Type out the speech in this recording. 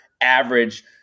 average